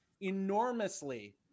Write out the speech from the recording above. enormously